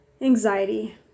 anxiety